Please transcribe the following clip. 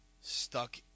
stuck